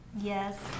Yes